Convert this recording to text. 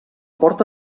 porta